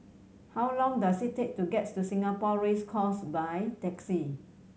how long does it take to get to Singapore Race Course by taxi